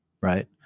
Right